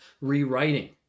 rewriting